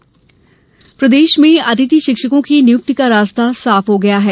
अतिथि शिक्षक प्रदेश में अतिथि शिक्षकों की नियुक्ति का रास्ता साफ हो गया है